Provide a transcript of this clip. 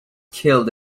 killed